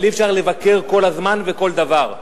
אבל אי-אפשר לבקר כל הזמן וכל דבר.